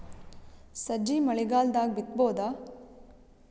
ಸಜ್ಜಿ ಮಳಿಗಾಲ್ ದಾಗ್ ಬಿತಬೋದ?